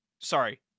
sorry